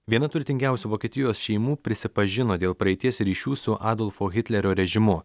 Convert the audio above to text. viena turtingiausių vokietijos šeimų prisipažino dėl praeities ryšių su adolfo hitlerio režimu